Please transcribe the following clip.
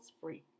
free